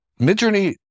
MidJourney